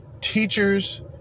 teachers